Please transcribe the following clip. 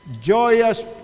joyous